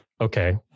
okay